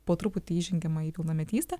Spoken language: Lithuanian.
po truputį įžengiama į pilnametystę